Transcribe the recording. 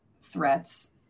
threats